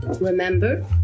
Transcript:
Remember